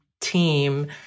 team